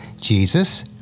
Jesus